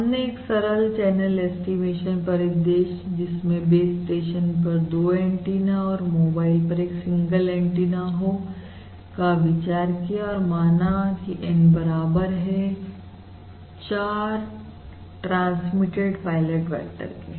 हमने एक सरल चैनल ऐस्टीमेशन परिदृश्य जिसमें बेस स्टेशन पर 2 एंटीना और मोबाइल पर एक सिंगल एंटीना हो का विचार किया और माना की N बराबर है 4 ट्रांसमिटेड पायलट वेक्टर के